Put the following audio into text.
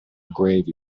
grave